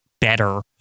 better